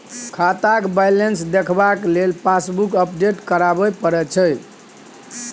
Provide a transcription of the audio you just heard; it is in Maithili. खाताक बैलेंस देखबाक लेल पासबुक अपडेट कराबे परय छै